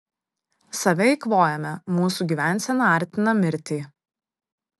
save eikvojame mūsų gyvensena artina mirtį